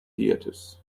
theatres